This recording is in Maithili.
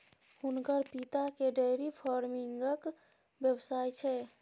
हुनकर पिताकेँ डेयरी फार्मिंगक व्यवसाय छै